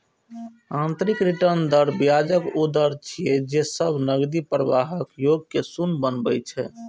आंतरिक रिटर्न दर ब्याजक ऊ दर छियै, जे सब नकदी प्रवाहक योग कें शून्य बनबै छै